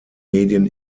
medien